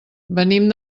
venim